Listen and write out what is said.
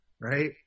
right